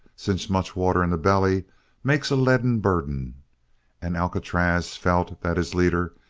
since much water in the belly makes a leaden burden and alcatraz felt that, as leader,